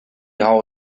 how